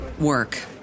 work